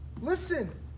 listen